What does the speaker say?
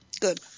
Good